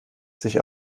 sich